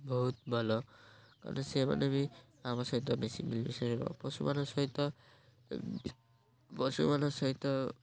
ବହୁତ ଭଲ କାରଣ ସେମାନେ ବି ଆମ ସହିତ ବେଶୀ ମିଳିମିଶି ରହିବ ପଶୁମାନଙ୍କ ସହିତ ପଶୁମାନଙ୍କ ସହିତ